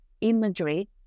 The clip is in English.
imagery